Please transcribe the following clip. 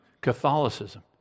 Catholicism